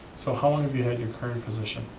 so how long have you had your current position?